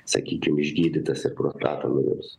sakykim išgydytas ir pro tarmanus